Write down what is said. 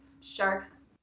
sharks